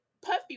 Puffy